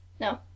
No